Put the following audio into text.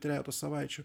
trejeto savaičių